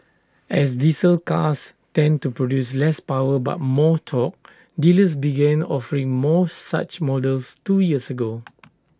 as diesel cars tend to produce less power but more tor dealers begin offering more such models two years ago